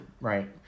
Right